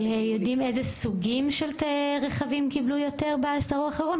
יודעים איזה סוגים של רכבים קיבלו יותר בעשור האחרון,